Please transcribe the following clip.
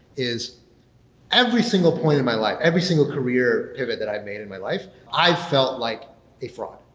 is every single point in my life, every single career pivot that i've made in my life, i felt like a fraud.